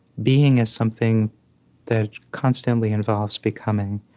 being as something that constantly involves becoming.